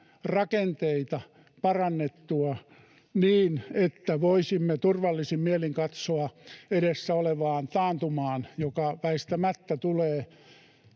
rakenteita parannettua niin, että voisimme turvallisin mielin katsoa edessä olevaan taantumaan, joka väistämättä tulee,